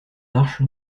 marche